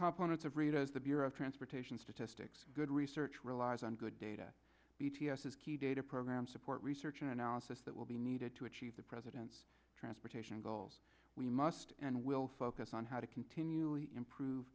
components of redoes the bureau of transportation statistics good research relies on good data b t s is key data programs support research and analysis that will be needed to achieve the president's transportation goals we must and will focus on how to continually improve